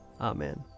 Amen